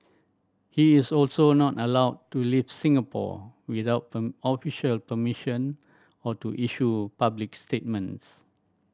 he is also not allowed to leave Singapore without official permission or to issue public statements